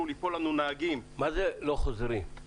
ליפול לנו נהגים --- מה זה לא חוזרים?